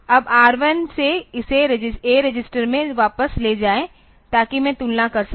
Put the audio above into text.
अब R1 से इसे A रजिस्टर में वापस ले जाएं ताकि मैं तुलना कर सकूं